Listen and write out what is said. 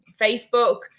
Facebook